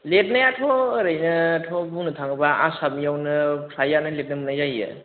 लिरनायाथ' ओरैनोथ' बुंनो थाङोबा आसामनियावनो फ्राइयानो लिरनो मोन्नाय जायो